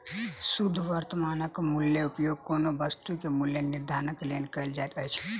शुद्ध वर्त्तमान मूल्यक उपयोग कोनो वस्तु के मूल्य निर्धारणक लेल कयल जाइत अछि